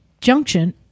junction